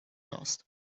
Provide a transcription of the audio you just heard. lost